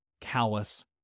callous